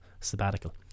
sabbatical